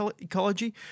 ecology